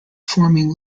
forming